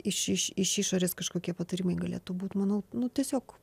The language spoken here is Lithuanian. iš iš iš išorės kažkokie patarimai galėtų būt manau nu tiesiog